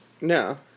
No